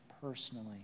personally